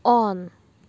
on